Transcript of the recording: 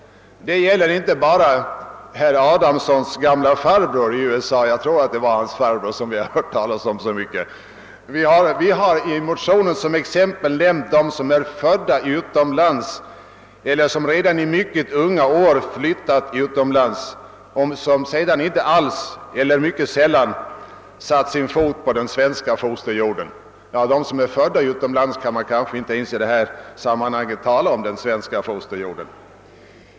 Det gäller inte bara herr Adamssons gamla farbror i USA, som vi har hört talas om så mycket. I motionen har vi som exempel nämnt personer som är födda utomlands eller som redan i mycket unga år flyttat utomlands och sedan inte alls eller mycket sällan satt sin fot på den svenska fosterjorden. — För dem som är födda utomlands kan man kanske inte ens tala om den svenska fosterjorden.